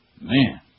Man